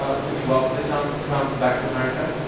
ah would you welcome the chance to come back to america?